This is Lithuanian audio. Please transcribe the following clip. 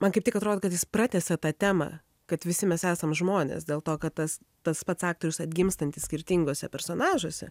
man kaip tik atrodo kad jis pratęsia tą temą kad visi mes esam žmonės dėl to kad tas tas pats aktorius atgimstantis skirtinguose personažuose